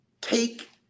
take